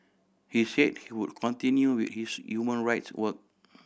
he said he would continue with his human rights work